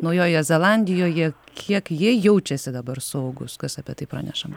naujojoje zelandijoje kiek jie jaučiasi dabar saugūs kas apie tai pranešama